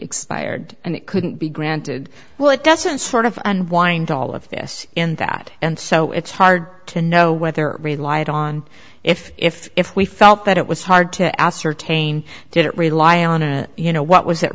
expired and it couldn't be granted well it doesn't sort of unwind all of this in that and so it's hard to know whether relied on if if if we felt that it was hard to ascertain did it rely on a you know what was that